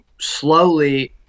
slowly